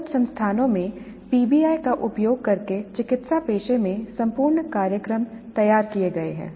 कुछ संस्थानों में पीबीआई का उपयोग करके चिकित्सा पेशे में संपूर्ण कार्यक्रम तैयार किए गए हैं